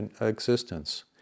existence